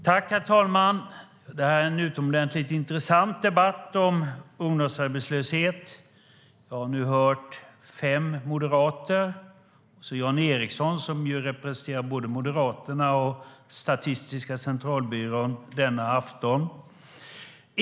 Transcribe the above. Herr talman! Det här är en utomordentligt intressant debatt om ungdomsarbetslöshet. Vi har nu hört fem moderater och Jan Ericson, som ju representerar både Moderaterna och Statistiska centralbyrån denna afton.